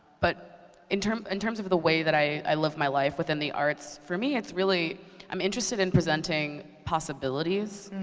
but in terms in terms of the way that i live my life within the arts, for me, it's really i'm interested in presenting possibilities,